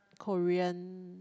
Korean